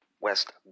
West